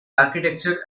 architecture